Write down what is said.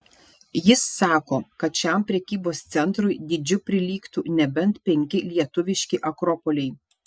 jis sako kad šiam prekybos centrui dydžiu prilygtų nebent penki lietuviški akropoliai